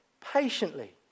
patiently